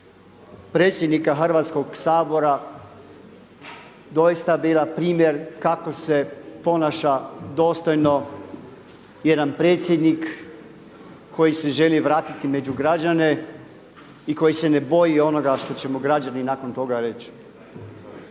predsjednika Hrvatskog sabora doista bila primjer kako se ponaša dostojno jedan predsjednik koji se želi vratiti među građane i koji se ne boji onoga što će mu građani nakon toga reći.